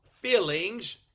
feelings